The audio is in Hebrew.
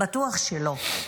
בטוח שלא.